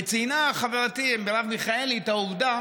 וציינה חברתי מרב מיכאלי את העובדה